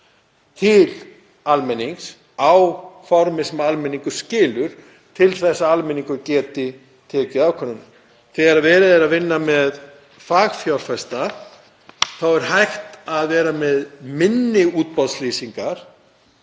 til almennings á formi sem hann skilur til að hann geti tekið ákvörðun. Þegar verið er að vinna með fagfjárfesta er hægt að vera með minni útboðslýsingar